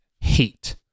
hate